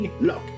Look